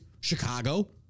Chicago